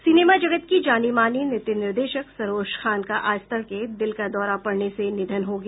cinema जगत की जानी मानी नृत्य निर्देशक सरोज खान का आज तडके दिल का दौरा पडने से निधन हो गया